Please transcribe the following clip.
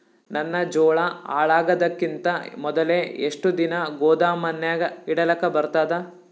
ನನ್ನ ಜೋಳಾ ಹಾಳಾಗದಕ್ಕಿಂತ ಮೊದಲೇ ಎಷ್ಟು ದಿನ ಗೊದಾಮನ್ಯಾಗ ಇಡಲಕ ಬರ್ತಾದ?